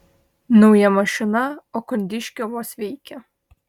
nauja mašina o kondiškė vos veikia